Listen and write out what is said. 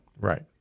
Right